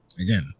Again